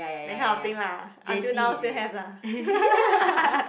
that kind of thing lah until now still have lah